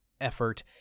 effort